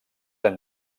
amb